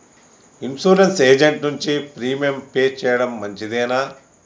Insurance agent నుండి premium pay చేయడం మంచిదేనా?